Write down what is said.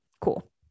cool